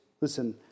Listen